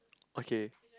okay